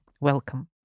Welcome